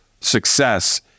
success